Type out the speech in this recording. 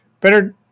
better